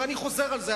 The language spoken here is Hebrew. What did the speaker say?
ואני חוזר על זה,